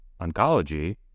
oncology